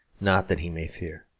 not that he may fear.